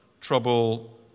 trouble